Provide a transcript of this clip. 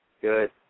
Good